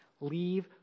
Leave